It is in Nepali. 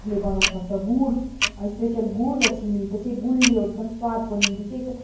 ले बनाउन सक्छ गुड स्पेसल गुड र चिनी त्यो गुलियो एकदम स्वादको निम्ति चाहिँ एकदम